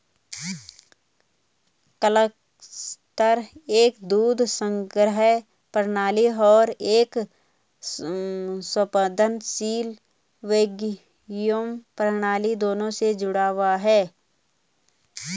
cluster एक दूध संग्रह प्रणाली और एक स्पंदनशील वैक्यूम प्रणाली दोनों से जुड़ा हुआ है